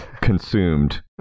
consumed